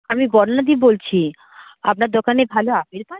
আমি বর্ণা দি বলছি আপনার দোকানে ভালো আপেল পাওয়া যাবে